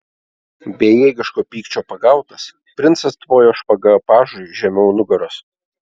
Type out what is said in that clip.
bejėgiško pykčio pagautas princas tvojo špaga pažui žemiau nugaros